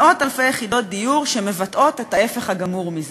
מאות-אלפי יחידות דיור שמבטאות את ההפך הגמור מזה,